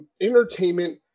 entertainment